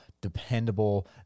dependable